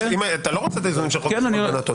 אתה לא רוצה את האיזונים של חוק איסור הלבנת הון.